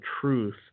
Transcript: truth